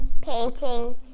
painting